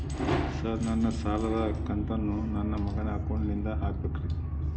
Sir ನನ್ನ ಸಾಲದ ಕಂತನ್ನು ನನ್ನ ಮಗನ ಅಕೌಂಟ್ ನಿಂದ ಹಾಕಬೇಕ್ರಿ?